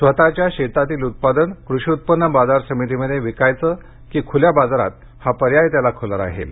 स्वतःच्या शेतातील उत्पादन कृषी उत्पन्न बाजार समितीमध्ये विकायचा की खुल्या बाजारात हा पर्याय त्याला खुला राहील